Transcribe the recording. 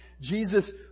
Jesus